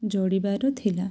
ଯୋଡ଼ିବାର ଥିଲା